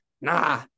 Nah